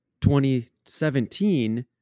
2017